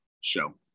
show